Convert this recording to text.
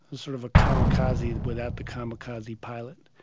sort of a kamikaze without the kamikaze pilot.